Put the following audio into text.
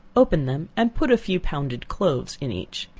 open them and put a few pounded cloves in each.